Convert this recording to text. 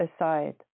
aside